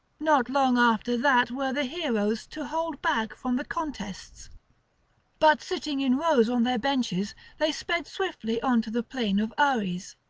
not long after that were the heroes to hold back from the contests but sitting in rows on their benches they sped swiftly on to the plain of ares.